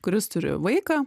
kuris turi vaiką